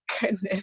goodness